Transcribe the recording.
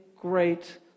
great